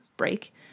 Break